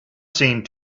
seemed